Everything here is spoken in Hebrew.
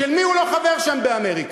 של מי הוא לא חבר שם באמריקה?